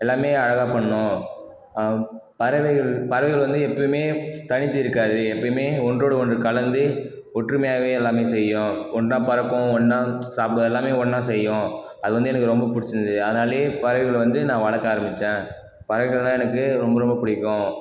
எல்லாமே அழகாக பண்ணும் பறவைகள் பறவைகள் வந்து எப்போயுமே தனித்து இருக்காது எப்போயுமே ஒன்றோடு ஒன்று கலந்து ஒற்றுமையாக எல்லாமே செய்யும் ஒன்றா பறக்கும் ஒன்றா சாப்பிடும் எல்லாமே ஒன்றா செய்யும் அது வந்து எனக்கு ரொம்ப பிடிச்சிருந்துது அதனாலயே பறவைகள் வந்து நான் வளர்க்க ஆரம்பித்தேன் பறவைகள்னா எனக்கு ரொம்ப ரொம்ப பிடிக்கும்